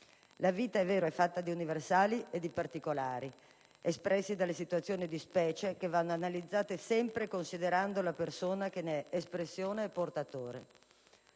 La vita, è vero, è fatta di "universali" e di "particolari" espressi dalle situazioni di specie che vanno analizzate sempre considerando la persona che ne è espressione e portatore.